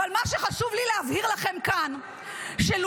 אבל מה שחשוב לי להבהיר לכם כאן שלולא